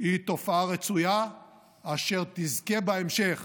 היא תופעה רצויה אשר תזכה בהמשך